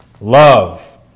love